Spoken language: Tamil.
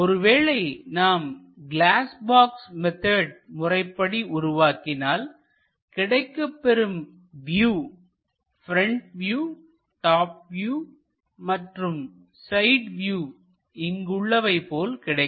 ஒருவேளை நாம் கிளாஸ் பாக்ஸ் மெத்தட் முறைப்படி உருவாக்கினால் கிடைக்கப்பெறும் view front view top view மற்றும் சைட் வியூ இங்குள்ளவை போல் கிடைக்கும்